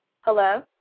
Hello